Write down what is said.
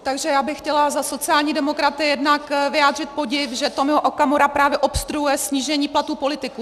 Takže já bych chtěla za sociální demokraty jednak vyjádřit podiv, že Tomio Okamura právě obstruuje snížení platů politiků.